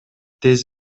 тез